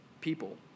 people